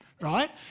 right